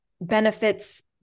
benefits